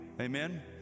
Amen